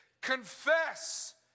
Confess